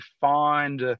find